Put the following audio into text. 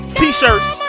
t-shirts